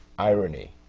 irony.